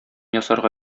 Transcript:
ясарга